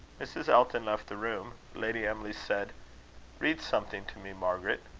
mrs. elton left the room. lady emily said read something to me, margaret.